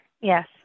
Yes